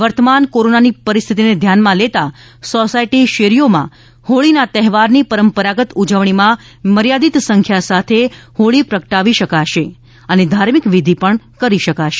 વર્તમાન કોરોનાની પરિસ્થિતિને ધ્યાનમાં લેતાં સોસાયટી શેરીઓમાં હોળીના તહેવારની પરંપરાગત ઉજવણીમાં મર્યાદિત સંખ્યા સાથે હોળી પ્રગટાવી શકાશે અને ધાર્મિક વિઘિ કરી શકાશે